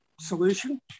solution